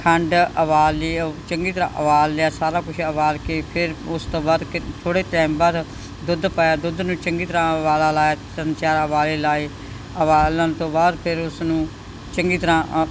ਖੰਡ ਉਬਾਲ ਲਈ ਉਹ ਚੰਗੀ ਤਰ੍ਹਾਂ ਉਬਾਲ ਲਿਆ ਸਾਰਾ ਕੁਛ ਉਬਾਲ ਕੇ ਫਿਰ ਉਸ ਤੋਂ ਬਾਅਦ ਕਿ ਥੋੜ੍ਹੇ ਟਾਈਮ ਬਾਅਦ ਦੁੱਧ ਪਾਇਆ ਦੁੱਧ ਨੂੰ ਚੰਗੀ ਤਰ੍ਹਾਂ ਉਬਾਲਾ ਲਾਇਆ ਤਿੰਨ ਚਾਰ ਉਬਾਲੇ ਲਾਏ ਉਬਾਲਣ ਤੋਂ ਬਾਅਦ ਫਿਰ ਉਸਨੂੰ ਚੰਗੀ ਤਰ੍ਹਾਂ